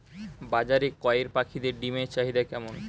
বাজারে কয়ের পাখীর ডিমের চাহিদা কেমন?